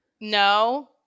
No